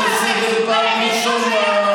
אני קורא אותך לסדר פעם ראשונה.